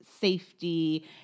safety